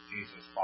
Jesus